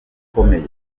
ikomeye